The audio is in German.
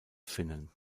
finnen